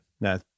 No